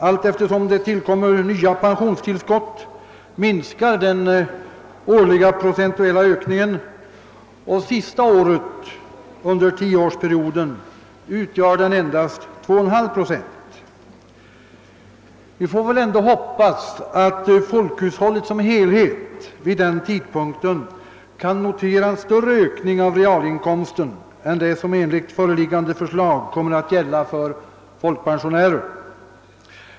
Allteftersom det tillkommer nya pensionstillskott minskar den årliga procentuella ökningen, och sista året under tioårsperioden utgör den endast 2,5 procent. Vi får väl ändå hoppas att folkhushållet som helbet vid den tidpunkten kan notera en ökning av realinkomsten som är större än den höjning som folkpensionärerna enligt det föreliggande förslaget kommer att få.